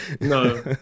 No